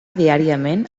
diàriament